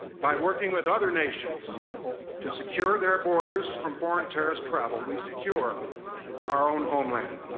by working with other nations to secure their borders from foreign terrorist travel, we secure our own homeland.